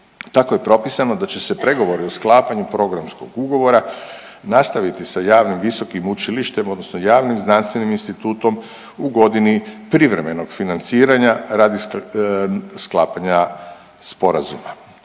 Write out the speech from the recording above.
Tako je propisano da će se pregovori o sklapanju programskog ugovora nastaviti sa javnim visokim učilištem odnosno javnim znanstvenim institutom u godini privremenog financiranja radi sklapanja sporazuma.